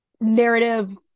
narrative